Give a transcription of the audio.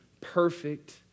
perfect